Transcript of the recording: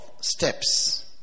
steps